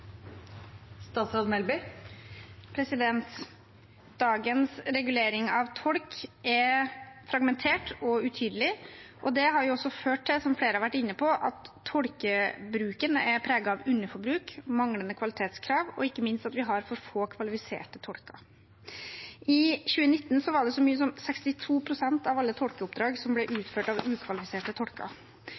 fragmentert og utydelig, og det har også ført til – som flere har vært inne på – at tolkebruken er preget av underforbruk, manglende kvalitetskrav, og ikke minst at vi har for få kvalifiserte tolker. I 2019 var det så mye som 62 pst. av alle tolkeoppdrag som ble utført av ukvalifiserte tolker,